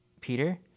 Peter